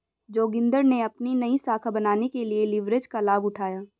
जोगिंदर ने अपनी नई शाखा बनाने के लिए लिवरेज का लाभ उठाया